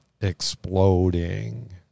exploding